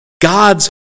God's